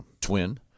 Twin